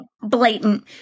blatant